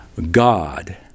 God